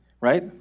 right